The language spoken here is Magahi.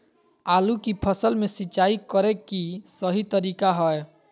आलू की फसल में सिंचाई करें कि सही तरीका की हय?